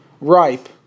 Ripe